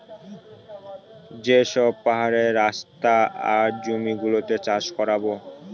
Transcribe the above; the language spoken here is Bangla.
যে সব পাহাড়ের রাস্তা আর জমি গুলোতে চাষ করাবো